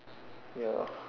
ya